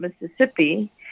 Mississippi